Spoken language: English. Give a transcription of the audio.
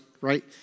right